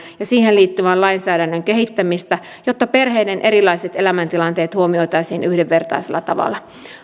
ja siihen liittyvän lainsäädännön kehittämistä jotta perheiden erilaiset elämäntilanteet huomioitaisiin yhdenvertaisella tavalla